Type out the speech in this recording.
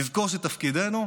נזכור שתפקידנו,